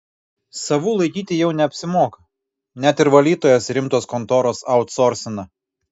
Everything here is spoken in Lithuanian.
savų laikyti jau neapsimoka net ir valytojas rimtos kontoros autsorsina